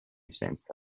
senza